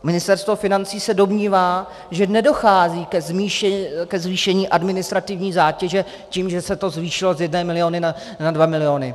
Ministerstvo financí se domnívá, že nedochází ke zvýšení administrativní zátěže tím, že se to zvýšilo z jednoho milionu na dva miliony.